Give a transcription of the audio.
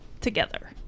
together